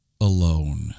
Alone